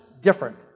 different